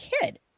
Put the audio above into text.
kid